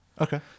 Okay